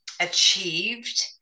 achieved